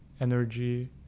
energy